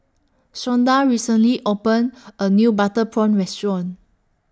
Shonda recently opened A New Butter Prawn Restaurant